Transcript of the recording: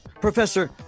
Professor